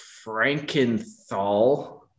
Frankenthal